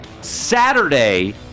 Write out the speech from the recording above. Saturday